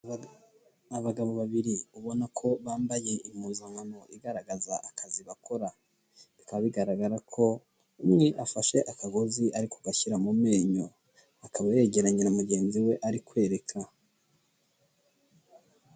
Abagabo babiri ubona ko bambaye impuzankano igaragaza akazi bakora, bikaba bigaragara ko umwe afashe akagozi ariko kugashyira mu menyo, akaba yegeranye na mugenzi we ari kwereka.